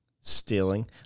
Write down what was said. stealing